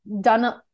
done